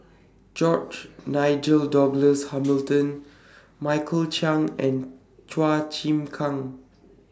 George Nigel Douglas Hamilton Michael Chiang and Chua Chim Kang